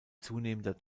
zunehmender